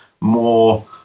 more